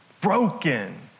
broken